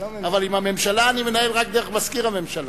אבל עם הממשלה אני מנהל רק דרך מזכיר הממשלה.